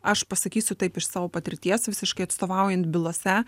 aš pasakysiu taip iš savo patirties visiškai atstovaujant bylose